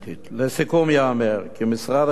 לסיכום ייאמר כי משרד החינוך